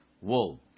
wool